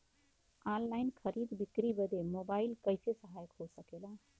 Online खरीद बिक्री बदे मोबाइल कइसे सहायक हो सकेला?